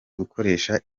gukoresha